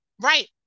right